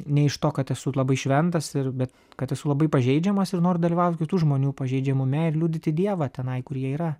ne iš to kad esu labai šventas ir bet kad esu labai pažeidžiamas ir noriu dalyvaut kitų žmonių pažeidžiamume ir liudyti dievą tenai kur jie yra